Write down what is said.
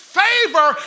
favor